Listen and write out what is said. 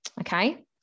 Okay